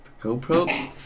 GoPro